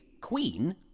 Queen